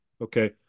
okay